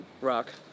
Rock